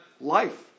life